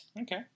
Okay